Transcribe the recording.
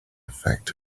effect